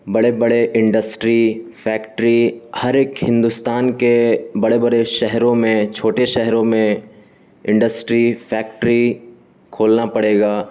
بڑے بڑے industry factory ہر ایک ہندوستان کے بڑے بڑے شہروں میں چھوٹے شہروں میں انڈسٹری فیکٹری کھولنا پڑے گا